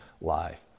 life